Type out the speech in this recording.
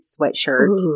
sweatshirt